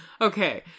Okay